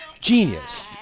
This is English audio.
Genius